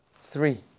Three